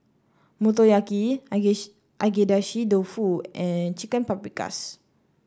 Motoyaki Agedashi Dofu and Chicken Paprikas